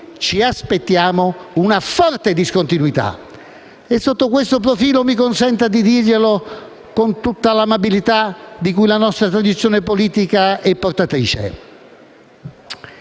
Ci aspettiamo, quindi, una forte discontinuità. Sotto questo profilo - mi consenta di dirglielo con tutta l'amabilità di cui la nostra tradizione politica è portatrice